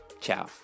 Ciao